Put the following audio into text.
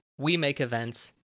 wemakeevents